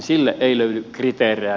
sille ei löydy kriteerejä